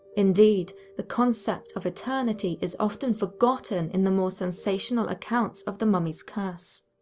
indeed, the concept of eternity is often forgotten in the more sensational accounts of the mummies' curse.